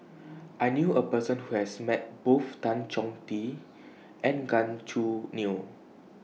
I knew A Person Who has Met Both Tan Chong Tee and Gan Choo Neo